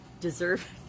deserve